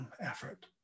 effort